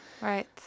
Right